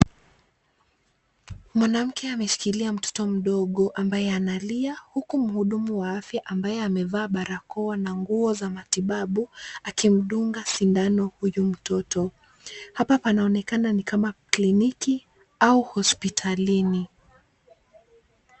Mwanamke amemshikilia mtoto mdogo ambaye analia huku mhudumu wa afya ambaye amevaa barakoa na nguo za matibabu akimdunga sindano huyu mtoto. Hapa panaonekana ni kama kliniki au hospitalini.